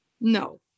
No